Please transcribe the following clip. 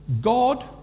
God